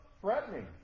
threatening